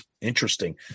Interesting